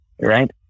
right